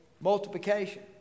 multiplication